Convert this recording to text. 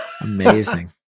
Amazing